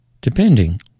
depending